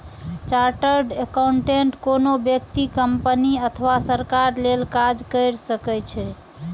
chartered accountant कोनो व्यक्ति, company अथवा सरकार लेल काज कैर सकै छै